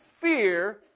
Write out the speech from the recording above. fear